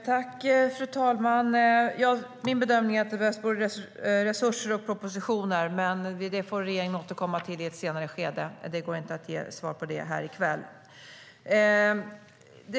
Fru talman! Min bedömning är att det behövs både resurser och propositioner, men det får regeringen återkomma till i ett senare skede. Det går inte att ge svar på det här i kväll.